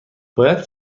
باید